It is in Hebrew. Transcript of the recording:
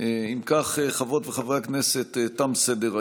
חוק ומשפט נתקבלה.